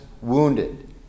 wounded